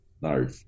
No